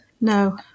No